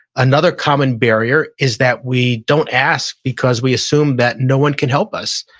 another common barrier is that we don't ask because we assume that no one can help us,